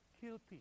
guilty